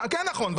כן נכון.